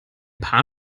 paar